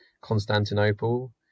Constantinople